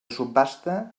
subhasta